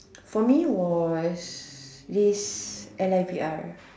for me was this L I V R